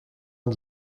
und